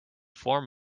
form